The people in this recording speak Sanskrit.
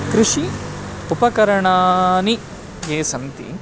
कृषि उपकरणानि ये सन्ति